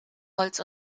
holz